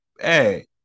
Hey